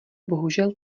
bohužel